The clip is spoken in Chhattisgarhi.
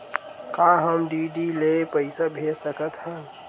का हम डी.डी ले पईसा भेज सकत हन?